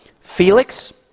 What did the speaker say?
Felix